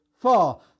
four